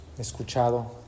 escuchado